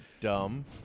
dumb